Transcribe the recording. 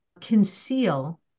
conceal